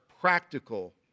practical